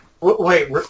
Wait